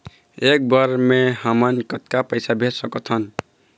एक बर मे हमन कतका पैसा भेज सकत हन?